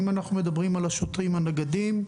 אם אנחנו מדברים על השוטרים הנגדים,